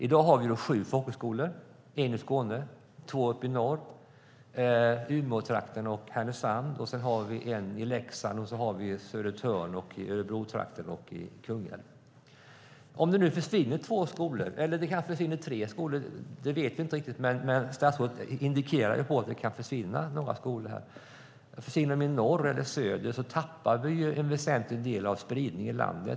I dag har vi sju folkhögskolor: en i Skåne, två uppe i norr, i Umeåtrakten och i Härnösand, en i Leksand, en på Södertörn, en i Örebrotrakten och en i Kungälv. Nu riskerar vi att två eller kanske tre skolor försvinner. Vi vet inte riktigt hur många det blir, men statsrådet indikerade att några skolor kan komma att försvinna. Försvinner de i norr eller söder tappar vi en väsentlig del av spridningen i landet.